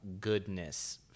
goodness